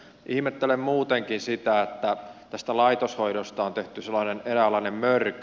ihmettelen muutenkin sitä että tästä laitoshoidosta on tehty sellainen eräänlainen mörkö